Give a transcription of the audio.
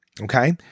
Okay